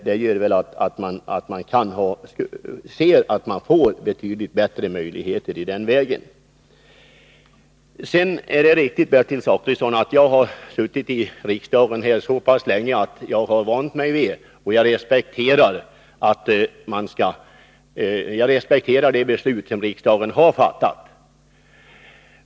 Det gör att man kan säga att man får betydligt bättre möjligheter i den vägen. Det är riktigt, Bertil Zachrisson, att jag har suttit i riksdagen så pass länge att jag har vant mig vid det och respekterar de beslut som riksdagen har fattat.